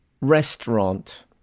Restaurant